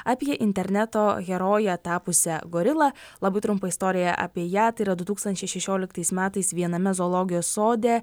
apie interneto heroje tapusią gorilą labai trumpą istoriją apie ją tai yra du tūkstančiai šešioliktais metais viename zoologijos sode